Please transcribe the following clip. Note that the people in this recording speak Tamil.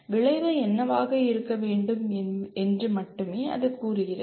விளைவு என்னவாக இருக்க வேண்டும் என்று மட்டுமே அது கூறுகிறது